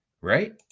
Right